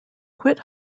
quit